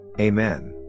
Amen